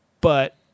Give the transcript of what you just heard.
But-